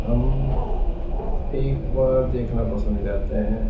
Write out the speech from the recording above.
ہم ایک بار دیکھنا پسند کرتے ہیں